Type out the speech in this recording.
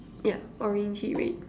yeah orangey red